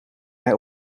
hij